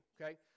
okay